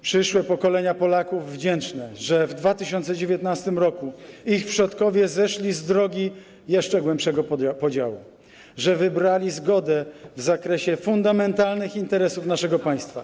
Przyszłe pokolenia Polaków wdzięczne, że w 2019 r. ich przodkowie zeszli z drogi jeszcze głębszego podziału, że wybrali zgodę w zakresie fundamentalnych interesów naszego państwa.